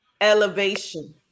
elevation